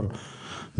רשות המים,